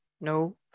no